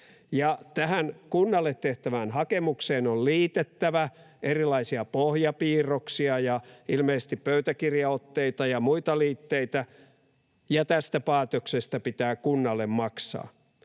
Tähän kunnalle tehtävään hakemukseen on liitettävä erilaisia pohjapiirroksia ja ilmeisesti pöytäkirjaotteita ja muita liitteitä, ja tästä päätöksestä pitää kunnalle maksaa.